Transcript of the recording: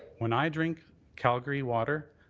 when i drink calgary water,